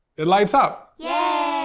it lights up. yeah